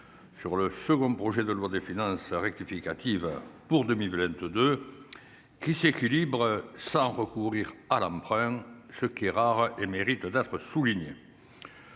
sur le second projet de loi de finances rectificative pour 2022, qui s'équilibre sans recours à l'emprunt, ce qui est rare et mérite d'être souligné.